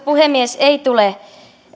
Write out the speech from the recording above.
puhemies ei tule